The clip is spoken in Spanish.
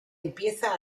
empieza